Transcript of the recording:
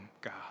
God